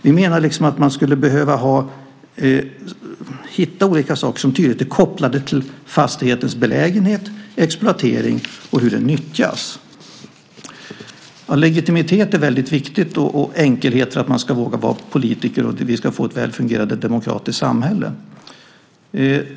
Vi menar att man skulle behöva hitta olika saker som tydligt är kopplade till fastighetens belägenhet och exploatering och hur den nyttjas. Legitimitet och enkelhet är viktigt för att man ska våga vara politiker och för att vi ska få ett välfungerande demokratiskt samhälle.